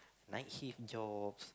night shift jobs